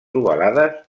ovalades